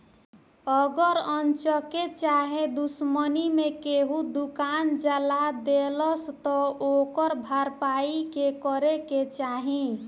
अगर अन्चक्के चाहे दुश्मनी मे केहू दुकान जला देलस त ओकर भरपाई के करे के चाही